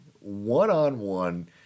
one-on-one